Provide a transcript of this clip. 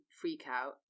freak-out